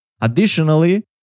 Additionally